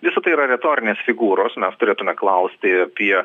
visa tai yra retorinės figūros mes turėtume klausti apie